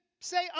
say